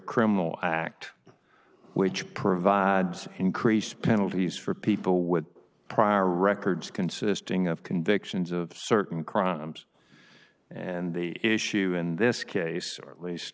criminal act which provides increase penalties for people with prior records consisting of convictions of certain crimes and the issue in this case or at least